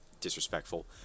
disrespectful